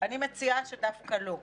אני מציעה שדווקא לא.